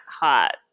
hot